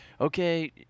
okay